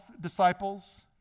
disciples